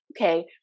okay